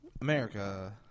America